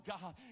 God